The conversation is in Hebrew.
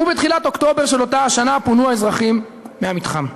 ובתחילת אוקטובר של אותה שנה פונו האזרחים מהמתחם.